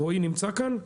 רועי נמצא כאן?